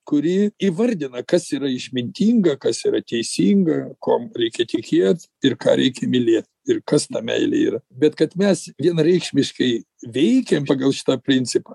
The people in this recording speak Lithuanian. kuri įvardina kas yra išmintinga kas yra teisinga kuom reikia tikėt ir ką reikia mylėt ir kas ta meilė yra bet kad mes vienareikšmiškai veikiam pagal šitą principą